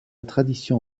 tradition